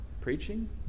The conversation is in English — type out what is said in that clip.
Preaching